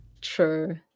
true